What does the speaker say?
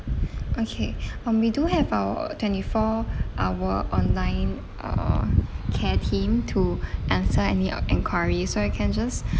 okay um we do have our twenty four hour online uh care team to answer any uh enquiry so you can just